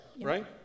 right